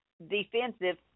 Defensive